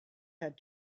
had